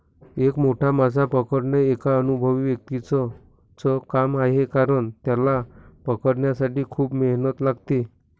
एक मोठा मासा पकडणे एका अनुभवी व्यक्तीच च काम आहे कारण, त्याला पकडण्यासाठी खूप मेहनत लागते